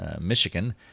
Michigan